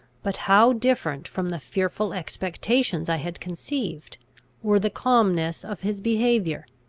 but how different from the fearful expectations i had conceived were the calmness of his behaviour,